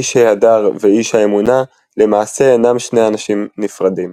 "איש ההדר" ו"איש האמונה" – למעשה אינם שני אנשים נפרדים.